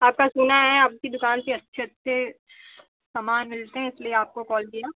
आपका सुना है आपकी दुकान के अच्छे अच्छे सामान मिलते हैं इसलिए आपको कॉल किया